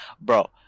bro